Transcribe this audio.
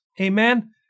Amen